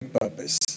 purpose